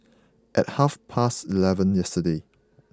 at half past eleven yesterday